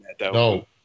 no